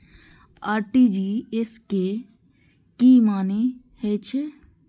RTGS के की मानें हे छे?